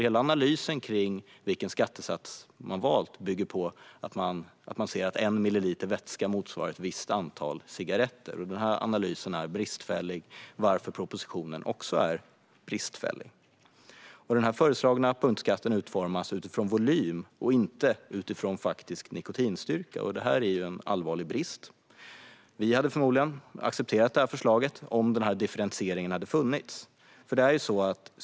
Hela analysen gällande den skattesats som man valt bygger på att man ser att en milliliter vätska motsvarar ett visst antal cigaretter. Den analysen är bristfällig, varför propositionen också är bristfällig. Den föreslagna punktskatten utformas utifrån volym och inte utifrån faktisk nikotinstyrka, vilket är en allvarlig brist. Vi hade förmodligen accepterat förslaget om denna differentiering hade funnits.